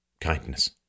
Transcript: kindness